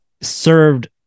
served